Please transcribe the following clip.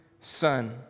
son